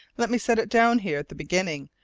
let me set it down here at the beginning,